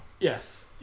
Yes